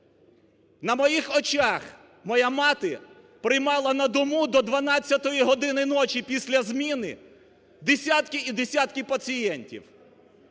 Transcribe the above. на моїх очах моя мати приймала на дому до 12 години ночі після зміни десятки і десятки пацієнтів.